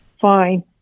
fine